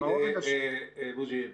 בוז'י,